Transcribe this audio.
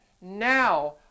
now